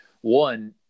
one